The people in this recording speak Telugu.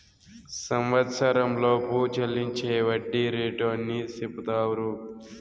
సంవచ్చరంలోపు చెల్లించే వడ్డీ రేటు అని సెపుతారు